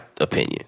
opinion